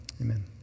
Amen